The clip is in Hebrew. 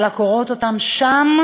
על הקורות אותם שם,